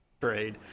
trade